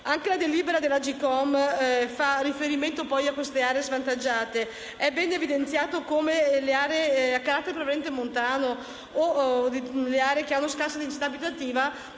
Anche la delibera dell'Agcom fa riferimento a queste aree svantaggiate. È bene evidenziato come le aree a carattere prevalentemente montano o le aree che hanno scarsa densità abitativa